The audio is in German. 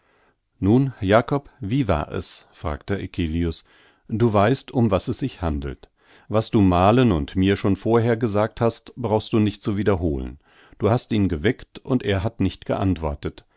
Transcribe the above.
nun jakob wie war es fragte eccelius du weißt um was es sich handelt was du malen und mir schon vorher gesagt hast brauchst du nicht zu wiederholen du hast ihn geweckt und er hat nicht geantwortet